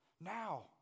Now